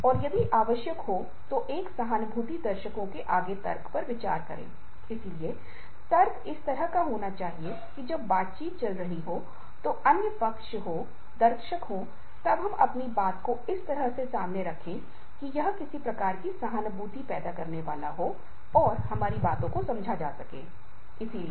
और घरेलू श्रम के लिए इसे परिवार के सदस्य के बीच समान रूप से वितरित किया जाता है और निर्णय लेने और लिंग संबंधी धारणाओं को साझा किया जाता है